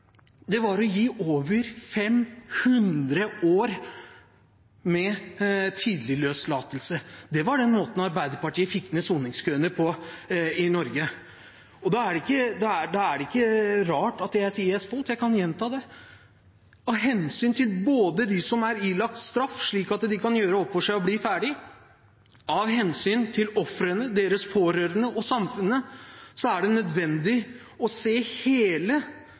Det var å gi over 500 år med tidlig løslatelse. Det var den måten Arbeiderpartiet fikk ned soningskøene på i Norge. Da er det ikke rart at jeg sier at jeg er stolt. Jeg kan gjenta det. Både av hensyn til dem som er ilagt straff, slik at de kan gjøre opp for seg og bli ferdig, og av hensyn til ofrene, deres pårørende og samfunnet er det nødvendig å se hele